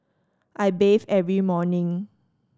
I bathe every morning